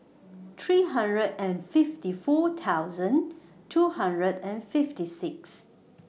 three hundred and fifty four thousand two hundred and fifty six